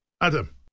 Adam